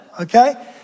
okay